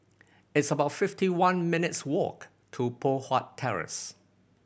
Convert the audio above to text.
it's about fifty one minutes' walk to Poh Huat Terrace